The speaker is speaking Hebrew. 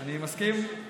אני קטן עליו, אני מסכים.